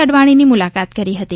અડવાણીની મુલાકાત કરી હતી